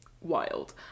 Wild